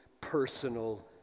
personal